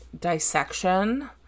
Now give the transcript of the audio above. dissection